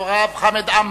אחריו, חבר הכנסת חמד עמאר.